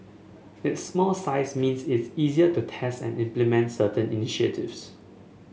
its small size means its easier to test and implement certain initiatives